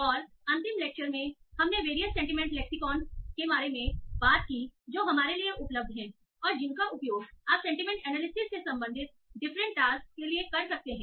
और अंतिम लेक्चर में हमने वेरियस सेंटीमेंट लैक्सिकोंस के बारे में बात की जो हमारे लिए उपलब्ध हैं और जिनका उपयोग आप सेंटीमेंट एनालिसिस से संबंधित डिफरेंट टास्कस के लिए कर सकते हैं